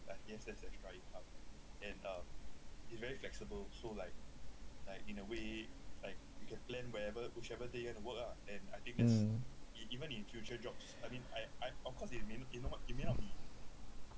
mm